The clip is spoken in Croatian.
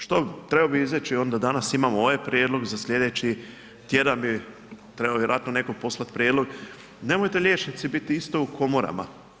Što, trebao bi izaći onda danas imamo ovaj prijedlog, za slijedeći tjedan bi trebao vjerojatno netko poslati prijedlog, nemojte liječnici biti isto u komorama.